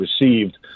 received